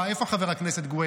איפה חבר הכנסת גואטה,